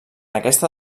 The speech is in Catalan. aquesta